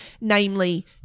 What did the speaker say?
namely